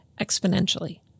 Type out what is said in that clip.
exponentially